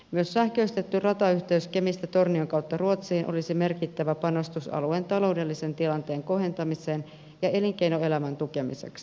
myös sähköistetty ratayhteys kemistä tornion kautta ruotsiin olisi merkittävä panostus alueen taloudellisen tilanteen kohentamiseksi ja elinkeinoelämän tukemiseksi